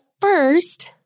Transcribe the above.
first